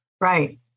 Right